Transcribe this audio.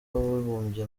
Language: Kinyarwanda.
w’abibumbye